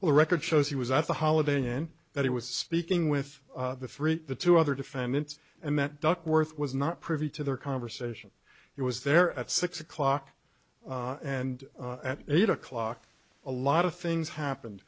or record shows he was at the holiday inn that he was speaking with the three the two other defendants and that duckworth was not privy to their conversation he was there at six o'clock and at eight o'clock a lot of things happen